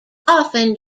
often